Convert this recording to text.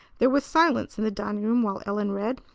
there was silence in the dining-room while ellen read,